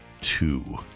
two